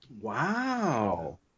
Wow